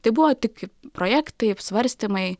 tai buvo tik projektai svarstymai